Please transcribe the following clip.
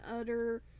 utter